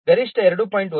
ಗರಿಷ್ಠ 2